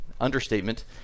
understatement